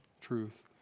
truth